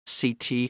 CT